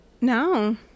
No